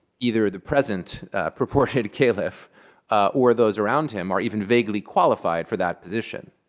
either the present purported caliph or those around him are even vaguely qualified for that position.